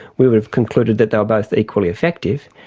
we would have concluded that they were both equally effective.